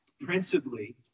Principally